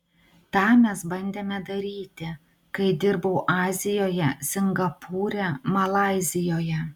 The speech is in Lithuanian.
tą mes bandėme daryti kai dirbau azijoje singapūre malaizijoje